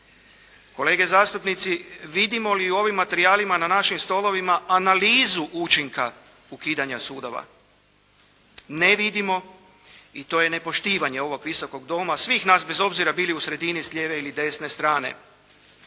Kolege zastupnici, vidimo li u ovim materijalima na našim stolovima analizu učinka ukidanja sudova. Ne vidimo i to je nepoštivanje ovog Visokog doma, svih nas bez obzira bili u sredini s lijeve ili desne strane.